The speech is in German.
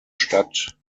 stadt